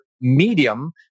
medium